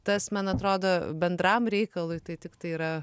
tas man atrodo bendram reikalui tai tiktai yra